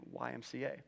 YMCA